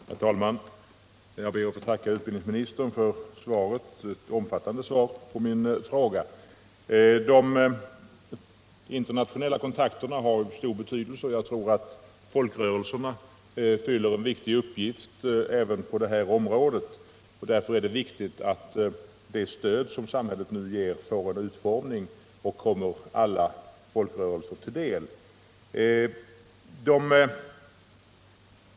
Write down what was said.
Herr talman! Jag ber att få tacka utbildningsministern för det omfattande svaret på min fråga. De internationella kontakterna har stor betydelse, och jag tror att folkrörelserna fyller en viktig uppgift även på detta område. Därför är det viktigt att det stöd som samhället nu ger får sådan utformning att det kommer alla folkrörelser till del.